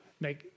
make